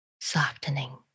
softening